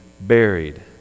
buried